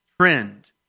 trend